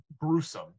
gruesome